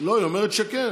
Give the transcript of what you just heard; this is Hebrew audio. אמרה שכן,